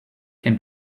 can